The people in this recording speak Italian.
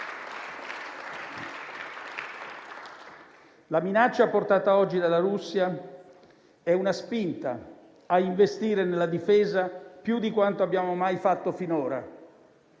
La minaccia portata oggi dalla Russia è una spinta a investire nella difesa più di quanto abbiamo mai fatto finora;